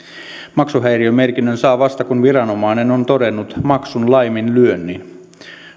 maksuhäiriömerkinnän saa vasta kun viranomainen on todennut maksun laiminlyönnin